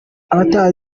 abataha